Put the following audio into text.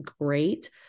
great